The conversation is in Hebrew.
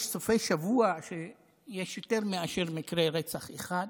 יש סופי שבוע שיש יותר מאשר מקרה רצח אחד.